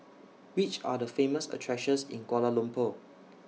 Which Are The Famous attractions in Kuala Lumpur